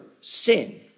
sin